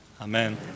Amen